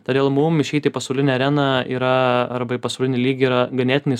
todėl mum išeiti į pasaulinę areną yra arba į pasaulinį lygį yra ganėtinai